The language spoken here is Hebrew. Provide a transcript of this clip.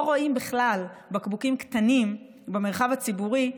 לא רואים בכלל בקבוקים קטנים במרחב הציבורי,